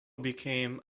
became